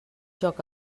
joc